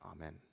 Amen